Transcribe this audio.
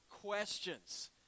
questions